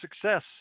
success